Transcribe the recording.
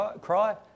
cry